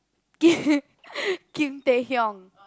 Kim Kim-Tae-Hyung